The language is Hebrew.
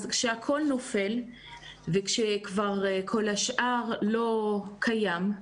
אז כשהכול נופל ושכבר כל השאר לא קיים,